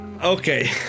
Okay